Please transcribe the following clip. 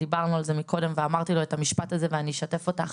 דיברנו על זה מקודם ואמרתי לו את המשפט הזה ואני אשתף אותך